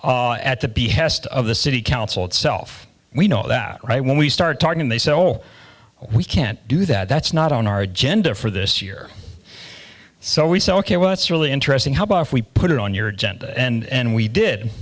happened at the behest of the city council itself we know that right when we started talking and they said well we can't do that that's not on our agenda for this year so we said ok well it's really interesting how about if we put it on your agenda and we did